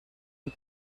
een